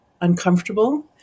uncomfortable